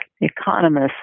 economists